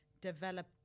develop